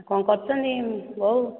କ'ଣ କରୁଛନ୍ତି ବୋଉ